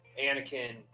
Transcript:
anakin